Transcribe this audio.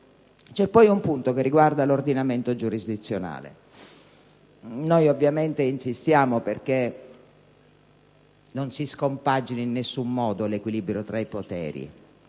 C'è poi un punto che riguarda l'ordinamento giurisdizionale. Noi ovviamente insistiamo perché non si scompagini in nessun modo l'equilibrio tra i poteri,